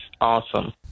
awesome